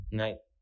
night